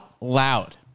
loud